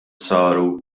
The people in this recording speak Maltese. saru